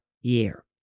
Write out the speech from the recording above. year